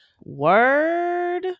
Word